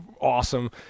Awesome